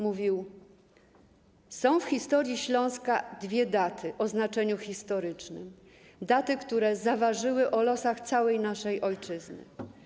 Mówił, że są w historii Śląska dwie daty o znaczeniu historycznym, daty, które zaważyły o losach całej naszej ojczyzny.